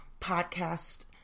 podcast